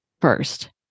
first